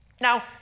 Now